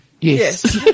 Yes